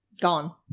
Gone